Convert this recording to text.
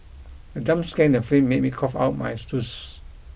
the jump scare in the film me me cough out my juice